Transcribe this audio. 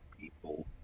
people